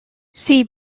see